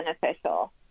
beneficial